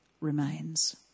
remains